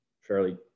fairly